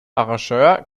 arrangeur